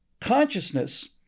consciousness